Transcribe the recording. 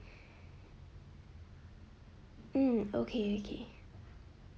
hmm okay okay